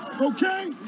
okay